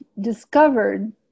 discovered